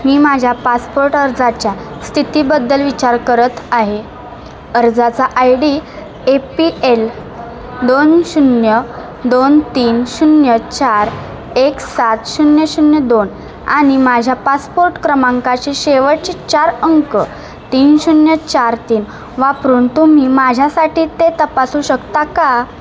मी माझ्या पासपोट अर्जाच्या स्थितीबद्दल विचार करत आहे अर्जाचा I D A P L दोन शून्य दोन तीन शून्य चार एक सात शून्य शून्य दोन आणि माझ्या पासपोट क्रमांकाचे शेवटचे चार अंक तीन शून्य चार तीन वापरून तुम्ही माझ्यासाठी ते तपासू शकता का